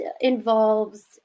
involves